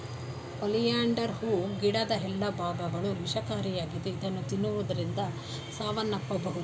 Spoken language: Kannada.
ಒಲಿಯಾಂಡರ್ ಹೂ ಗಿಡದ ಎಲ್ಲಾ ಭಾಗಗಳು ವಿಷಕಾರಿಯಾಗಿದ್ದು ಇದನ್ನು ತಿನ್ನುವುದರಿಂದ ಸಾವನ್ನಪ್ಪಬೋದು